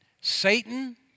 Satan